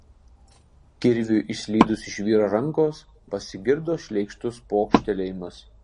kirviui išslydus iš vyro rankos pasigirdo šleikštus pokštelėjimas